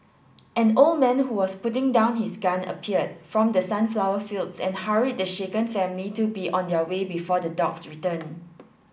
an old man who was putting down his gun appeared from the sunflower fields and hurried the shaken family to be on their way before the dogs return